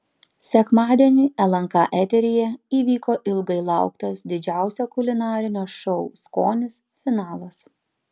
sekmadienį lnk eteryje įvyko ilgai lauktas didžiausio kulinarinio šou skonis finalas